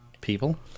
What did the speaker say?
People